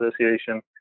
Association